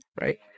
Right